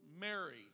Mary